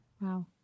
Wow